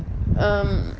um